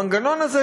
המנגנון הזה,